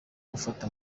gufata